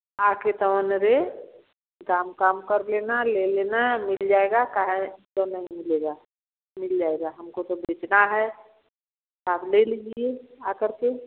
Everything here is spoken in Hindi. आकर दाम कम कर लेना ले लेना मिल जाएगा काहे नहीं मिलेगा मिल जाएगा हमको तो बेचना है आप ले लीजिए आकर के